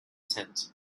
tent